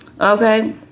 Okay